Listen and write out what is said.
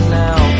now